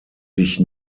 sich